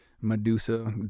Medusa